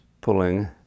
Pulling